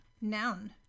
noun